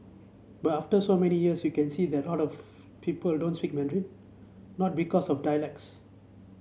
but after so many years you can see that a lot of people don't speak Mandarin not because of dialects